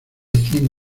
cien